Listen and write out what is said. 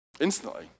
instantly